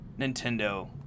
Nintendo